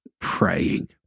praying